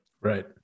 right